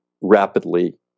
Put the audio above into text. rapidly